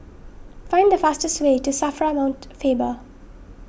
find the fastest way to Safra Mount Faber